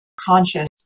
Conscious